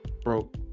broke